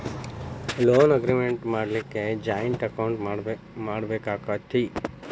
Loan agreement ಮಾಡ್ಲಿಕ್ಕೆ joint account ಮಾಡ್ಬೆಕಾಕ್ಕತೇ?